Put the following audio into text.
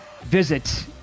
Visit